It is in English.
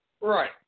Right